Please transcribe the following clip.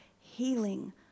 healing